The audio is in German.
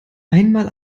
einmal